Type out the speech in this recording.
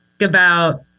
about-